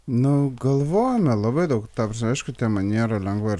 nu galvojome labai daug ta prasme aišku tema nėra lengva ir